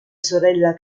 sorella